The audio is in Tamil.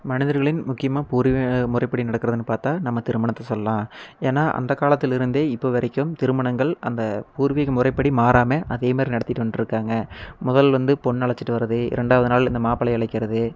மனிதர்களின் முக்கியமாக பூர்வீக முறைப்படி நடக்கறதுன்னு பார்த்தா நம்ம திருமணத்தை சொல்லலாம் ஏன்னா அந்த காலத்தில் இருந்தே இப்போ வரைக்கும் திருமணங்கள் அந்த பூர்வீக முறைப்படி மாறாமல் அதே மாரி நடத்திகிட்டு வந்துட்ருக்காங்க முதல் வந்து பொண் அழைச்சிட்டு வரது இரண்டாவது நாள் இந்த மாப்பிள்ளை அழைக்கிறது